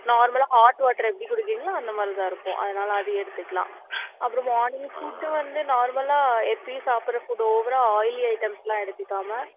நார்மலாக hot water எப்படி குடிக்கிறீங்களோ அந்த மாதிரி தான் இருக்கும் அதனால் அது எடுத்துக்கலாம் அப்புறம் மார்னிங் ஃபுட்டு வந்து நார்மலாக எப்பயும் சாப்பிட்ற ஃபுட்டு ஓவராக ஆய்லி ஐட்டம்ஸெலாம் எடுத்துக்காமல்